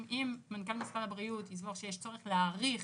מנכ"ל משרד הבריאות יסבור שיש צורך להאריך